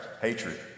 hatred